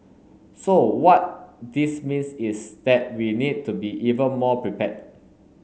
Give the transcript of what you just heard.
so what this means is that we need to be even more prepared